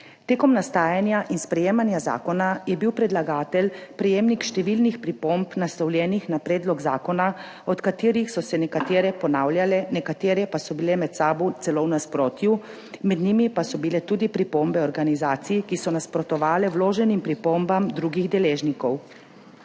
Tekom nastajanja in sprejemanja zakona je bil predlagatelj prejemnik številnih pripomb, naslovljenih na predlog zakona, od katerih so se nekatere ponavljale, nekatere pa so si bile med sabo celo v nasprotju. Med njimi so bile tudi pripombe organizacij, ki so nasprotovale vloženim pripombam drugih deležnikov.